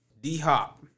D-Hop